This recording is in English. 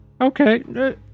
Okay